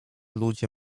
ludzie